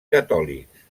catòlics